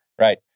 Right